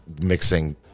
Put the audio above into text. mixing